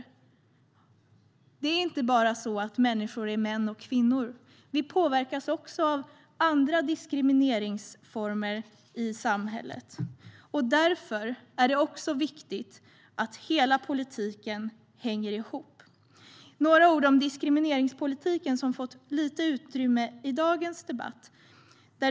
Människor är inte bara män och kvinnor, utan vi påverkas också av andra diskrimineringsformer i samhället. Därför är det viktigt att hela politiken hänger ihop. Låt mig säga några ord om diskrimineringspolitiken, som fått litet utrymme i dagens debatt.